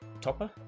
Topper